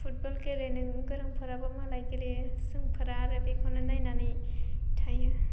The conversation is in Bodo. फुटबल गेलेनो गोरोंफोराबो मालाय गेलेयो जोंफोरा आरो बेखौनो नायनानै थायो